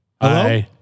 Hello